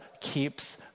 keeps